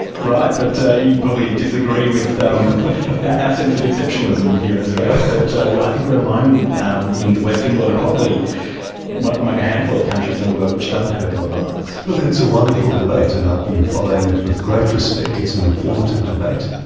right, but you probably disagree with our ah sense of exceptionalism here in australia, so but i think we are alone um in the western world and probably among among a handful of countries in the world which doesn't have a bill of rights. look, it's a wonderful debate and i've been following it with great respect, it's an informative debate.